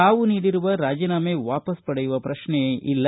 ತಾವು ನೀಡಿರುವ ರಾಜೀನಾಮೆ ವಾಪಾಸ್ ಪಡೆಯುವ ಪ್ರಶ್ನೆಯೇ ಇಲ್ಲ